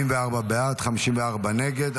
44 בעד, 54 נגד.